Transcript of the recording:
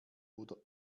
oder